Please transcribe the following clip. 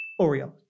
Oreo